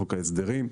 בחוק ההסדרים.